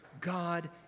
God